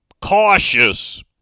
cautious